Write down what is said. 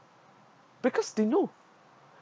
because they know